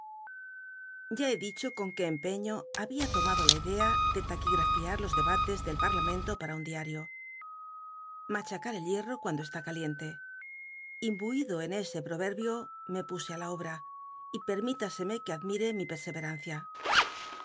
ya he dicho con c ué empciío babia tomado la idea de lnc ttigrallar los deba les del pal'lamcnlo para un diario machaca el hicrr'o cuando está caliente imbuido en ese po crbio me puse á la obra y pcrmitascmc que admiré mi perseverancia